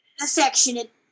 Affectionate